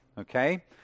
okay